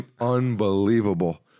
unbelievable